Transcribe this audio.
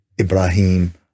Ibrahim